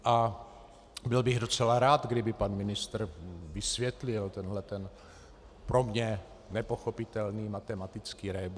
A byl bych docela rád, kdyby pan ministr vysvětlil tenhle ten pro mě nepochopitelný matematický rébus.